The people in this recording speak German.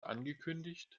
angekündigt